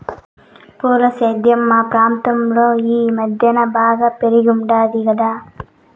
పూల సేద్యం మా ప్రాంతంలో ఈ మద్దెన బాగా పెరిగుండాది కదా